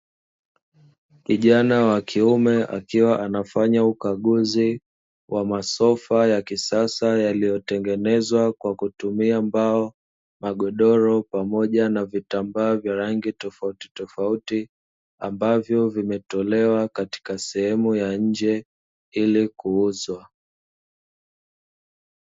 Kijana wa kiume akiwa anafanya ukaguzi wa masofa ya kisasa yaliyotengenezwa kwa kutumia mbao magodoro pamoja na vitambaa vya rangi tofauti tofauti ambavyo vimetolewa katika sehemu ya nje ili kuuzwa